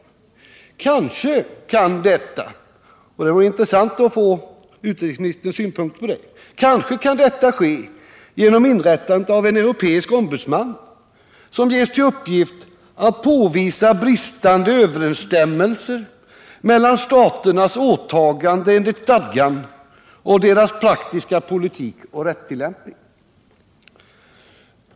Kanske kan detta ske — och det vore intressant att få utrikesministerns synpunkter på det — genom inrättandet av en europeisk ombudsman, som ges till uppgift att påvisa bristande överensstämmelse mellan staternas åtaganden enligt stadgan och deras praktiska politik och rättstillämpning.